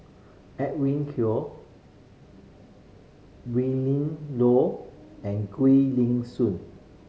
Edwin Koek Willin Low and Gwee Li Sui